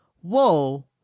whoa